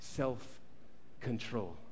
self-control